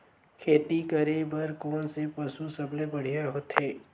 खेती करे बर कोन से पशु सबले बढ़िया होथे?